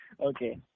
Okay